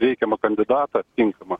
reikiamą kandidatą tinkamą